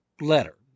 letter